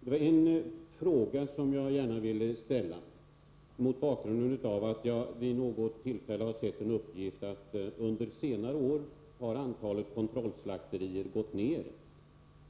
Det var en fråga som jag gärna ville ställa, mot bakgrund av att jag vid något tillfälle har sett en uppgift om att antalet kontrollslakterier